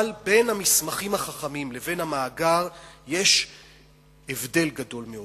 אבל בין המסמכים החכמים לבין המאגר יש הבדל גדול מאוד,